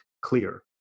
clear